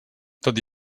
tot